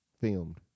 filmed